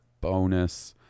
bonus